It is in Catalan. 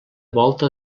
volta